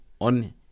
on